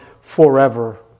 forever